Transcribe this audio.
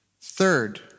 third